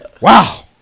wow